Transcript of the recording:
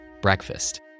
breakfast